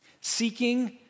seeking